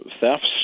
thefts